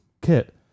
kit